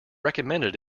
recommended